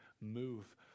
move